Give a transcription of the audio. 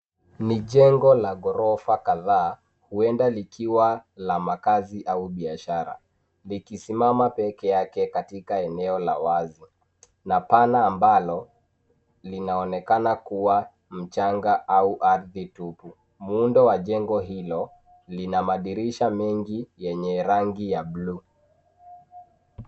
Ni jengo la ghorofa kadhaa, huenda likaliwa la makazi au biashara, likisimama peke yake katika eneo la wazi na pana ambalo linaonekana kuwa mchanga au ardhi tupu. Muundo wa jengo hilo, lina madirisha mengi yenye rangi ya blue .